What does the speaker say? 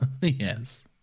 Yes